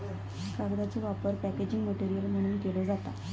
कागदाचो वापर packaging material म्हणूनव केलो जाता